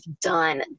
done